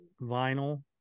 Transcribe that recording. vinyl